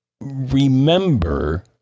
remember